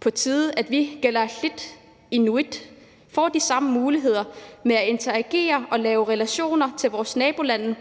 på tide, at vi, kalaallit inuit, får de samme muligheder for at interagere og lave relationer til vores nabolande,